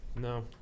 no